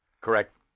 Correct